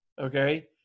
okay